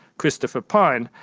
christopher pyne,